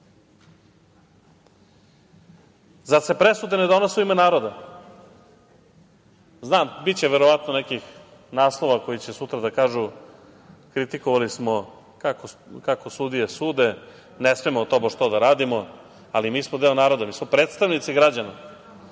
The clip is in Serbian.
Zar se presude ne donose u ime naroda? Znam, biće verovatno nekih naslova koji će sutra da kažu - kritikovali smo kako sudije sude, ne smemo, tobož, to da radimo, ali mi smo deo naroda. Mi smo predstavnici građana,